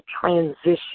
transition